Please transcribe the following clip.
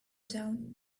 down